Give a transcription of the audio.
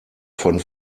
von